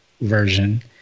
version